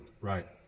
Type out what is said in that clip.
Right